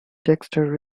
dexter